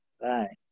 Bye